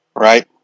right